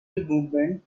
movement